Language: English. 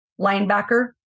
linebacker